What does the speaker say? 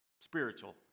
spiritual